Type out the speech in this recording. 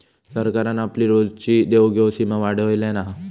सरकारान आपली रोजची देवघेव सीमा वाढयल्यान हा